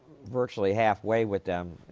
virtually halfway with them,